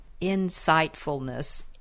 insightfulness